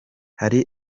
hari